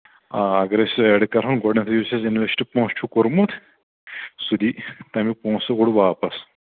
آ اَگرَے سُہ أسۍ اٮ۪ڈ کَرہون گۄڈٕنٮ۪تھٕے یُس اَسہِ اِنوٮ۪سٹ پونٛسہٕ چھُ کوٚرمُت سُہ دی تَمیُک پونٛسہٕ گوڈٕ واپَس